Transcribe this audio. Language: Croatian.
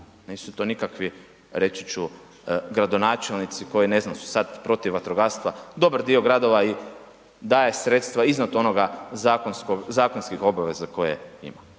Nisu to nikakvi reći ću gradonačelnici koji ne znam su sad protiv vatrogastva, dobar dio gradova i daje sredstva iznad onoga, zakonskih obaveza koje ima.